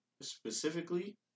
specifically